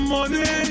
Money